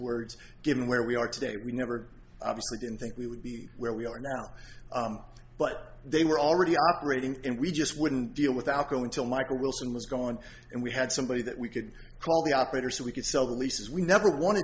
words given where we are today we never obviously didn't think we would be where we are now but they were already operating and we just wouldn't deal with out go until michael wilson was gone and we had somebody that we could call the operator so we could sell the leases we never want